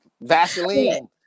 Vaseline